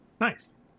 Nice